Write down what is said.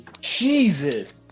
Jesus